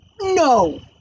No